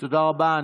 תודה רבה.